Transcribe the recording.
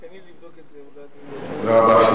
תודה רבה.